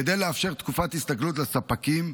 כדי לאפשר תקופת הסתגלות לספקים,